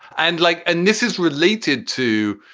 and like. and this is related to,